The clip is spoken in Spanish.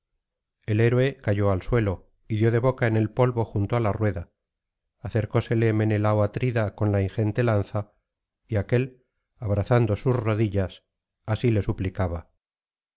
el héroe cayó al suelo y dio de boca en el polvo junto á la rueda acercósele menelao atrida con la ingente lanza y aquél abrazando sus rodillas así le suplicaba